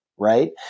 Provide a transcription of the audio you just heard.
right